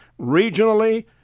regionally